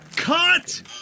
Cut